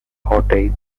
cottage